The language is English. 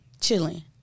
chilling